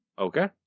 Okay